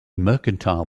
mercantile